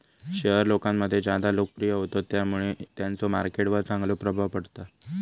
share लोकांमध्ये ज्यादा लोकप्रिय होतत त्यामुळे त्यांचो मार्केट वर चांगलो प्रभाव पडता